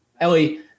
Ellie